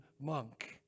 monk